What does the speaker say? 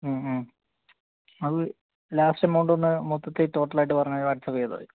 അത് ലാസ്റ്റ് എമൌണ്ടൊന്ന് മൊത്തത്തിൽ ടോട്ടലായിട്ട് പറഞ്ഞ് വാട്സാപ്പ് ചെയ്താൽ മതി